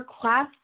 Class